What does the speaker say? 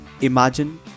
Imagine